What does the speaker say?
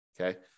Okay